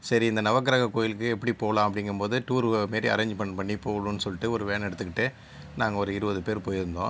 சரி இந்த நவக்கிரக கோவிலுக்கு எப்படி போகலாம் அப்படிங்கும் போது டூர் மாதிரி அரேஞ்ச்மெண்ட் பண்ணி போகணும்னு சொல்லிட்டு ஒரு வேன் எடுத்துட்டு நாங்கள் ஒரு இருபது பேர் போய்ருந்தோம்